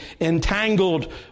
entangled